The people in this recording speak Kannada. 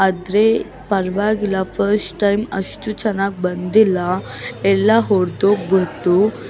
ಆದರೆ ಪರ್ವಾಗಿಲ್ಲ ಫಶ್ ಟೈಮ್ ಅಷ್ಟು ಚೆನ್ನಾಗಿ ಬಂದಿಲ್ಲ ಎಲ್ಲ ಒಡ್ದೋಗ್ಬಿಡ್ತು